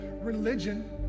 religion